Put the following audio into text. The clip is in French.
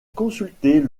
consulter